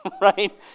right